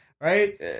Right